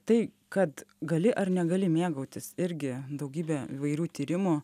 tai kad gali ar negali mėgautis irgi daugybė įvairių tyrimų